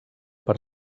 per